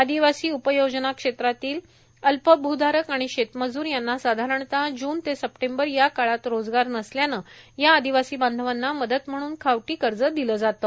आदिवासी उपयोजना क्षेत्रातील अल्पभूधारक आणि शेतमजूर यांना साधारणत जून ते सप्टेंबर या काळात रोजगार नसल्यानं या आदिवासी बांधवांना मदत म्हणून खावटी कर्ज दिलं जाते